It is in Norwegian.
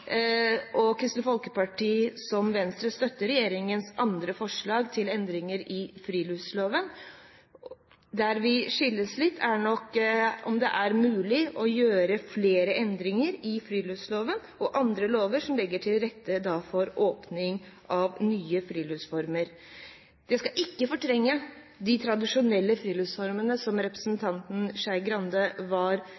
Kristelig Folkeparti, som Venstre, støtter regjeringens andre forslag til endringer i friluftsloven. Der vi skilles litt, er nok på om det er mulig å gjøre flere endringer i friluftsloven og andre lover som legger til rette for åpning av nye friluftsformer. Det skal ikke fortrenge de tradisjonelle friluftsformene som